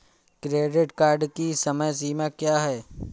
Credit card की समय सीमा क्या है?